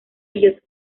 ellos